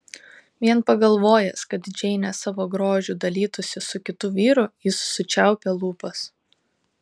vien pagalvojęs kad džeinė savo grožiu dalytųsi su kitu vyru jis sučiaupė lūpas